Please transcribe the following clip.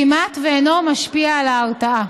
כמעט שאינו משפיע על ההרתעה.